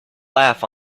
laugh